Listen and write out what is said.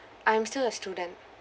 I'm still a student